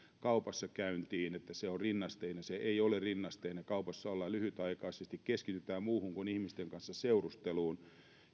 kaupassakäyntiin siihen että se on rinnasteinen se ei ole rinnasteinen kaupassa ollaan lyhytaikaisesti keskitytään muuhun kuin ihmisten kanssa seurusteluun